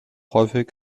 häufig